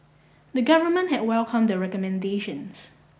the government had welcomed the recommendations